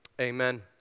Amen